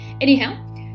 anyhow